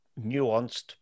nuanced